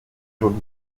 jolie